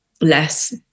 less